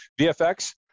VFX